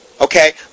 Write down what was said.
Okay